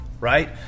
right